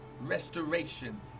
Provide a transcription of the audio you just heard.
restoration